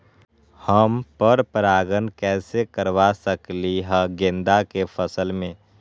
हम पर पारगन कैसे करवा सकली ह गेंदा के फसल में?